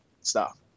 stop